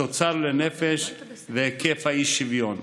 התוצר לנפש והיקף האי-שוויון.